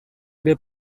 ere